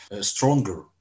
stronger